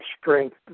strength